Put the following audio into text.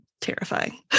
terrifying